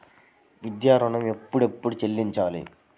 విద్యా ఋణం ఎప్పుడెప్పుడు చెల్లించాలి?